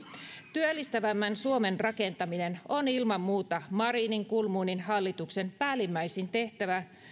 työllistävämmän suomen rakentaminen on ilman muuta marinin kulmunin hallituksen päällimmäisin tehtävä